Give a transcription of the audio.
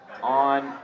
On